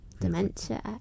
Dementia